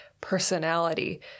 personality